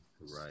right